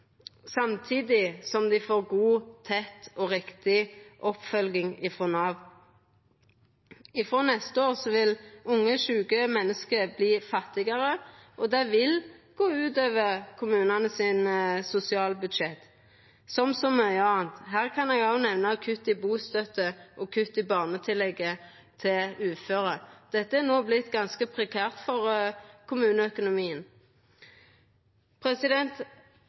samtidig som dei får god, tett og riktig oppfølging frå Nav. Frå neste år vil unge sjuke menneske verta fattigare, og det vil gå ut over kommunane sitt sosialbudsjett, som så mykje anna. Her kan eg òg nemna kutt i bustønad og kutt i barnetillegget til uføre. Dette er no vorte ganske prekært for kommuneøkonomien.